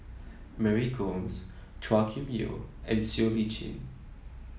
Mary Gomes Chua Kim Yeow and Siow Lee Chin